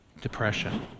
depression